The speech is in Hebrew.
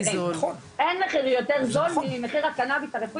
אין מחיר יותר זול ממחיר הקנאביס הרפואי